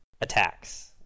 attacks